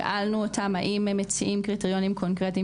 שאלנו אותם האם הם מציעים קריטריונים קונקרטיים